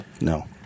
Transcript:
No